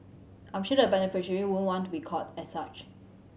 I'm sure the beneficiary wouldn't want to be called as such